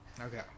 Okay